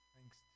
thanks